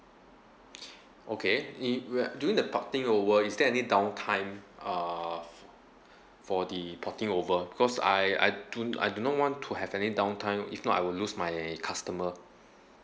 okay it we're doing the porting over is there any downtime uh for for the porting over because I I do I do not want to have any downtime if not I will lose my customer